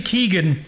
Keegan